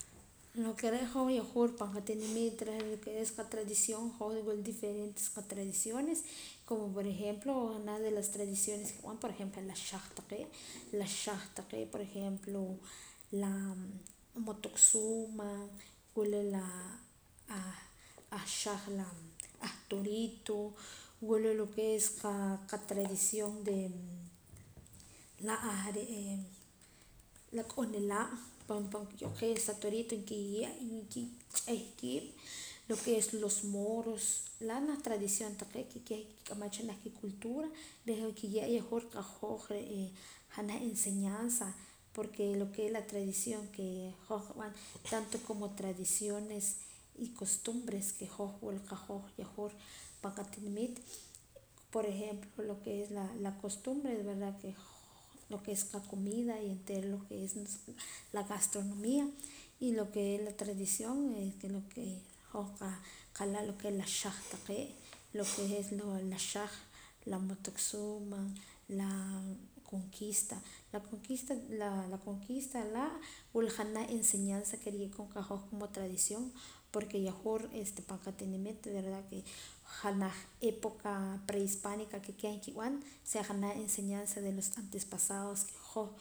Lo ke re' hoj yahwur pan qatinimiit reh lo ke es qatradición hoj wula diferentes qatradiciones como por ejemplo naj de las tradiciones ke nqab'an por ejemplo la xaj taqee' la xaj taqee' por ejemplo la motoksuuma wula la ah ahxaj la ahtorito wula lo ke es qa qatradición de la ah re'ee la k'onelaab' pan pan naq ki'oo qee la sa totiro nkiiye' y nkich'ey kiib' lo ke es los moros laa naj tradición taqee' ke keh kik'amam cha naj kicultura reh okiye' yahwur qahoj re'ee janaj enseñanza porque lo ke es la tradición ke hoj qab'an tanto como tradiciones y costumbres ke hoj wula qahoj yahwur pan qatinimiit por ejemplo lo ke es la la costumbres verdad ke hoj lo ke es qacomida y enteera lo ke es la gastronomía y lo ke es la tradición de lo ke hoj qah qala' lo ke es la xaj taqee' lo ke es loo la xaj la motecsuma laa conquista la conquista laa conquista laa' wula janaj enseñanza ke riye'koon qahoj como tradición porque yahwur este pan qatinimiit verdad ke janaj época prehispánica ke keh nikb'an sea janaj enseñanza de los antes pasados ke hoj.